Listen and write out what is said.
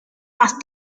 más